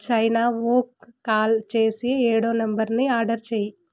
China Wok call చేసి ఏడో నంబర్ని ఆర్డర్ చెయ్యి